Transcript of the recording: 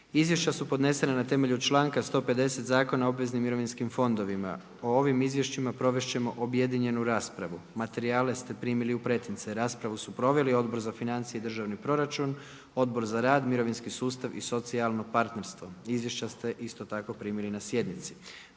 Izvješća su podnesena na temelju članku 150. Zakona o obveznim mirovinskim fondovima. O ovim izvješćima provesti ćemo objedinjenu raspravu. Materijale ste primili u pretince. Raspravu su proveli Odbor za financije i državni proračun, Odbor za rad, mirovinski sustav i socijalno partnerstvo. Izvješća ste isto tako primili na sjednici.